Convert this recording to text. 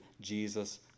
Jesus